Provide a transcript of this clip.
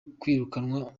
kwirukanwa